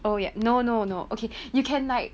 oh ya no no no okay you can like